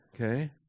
okay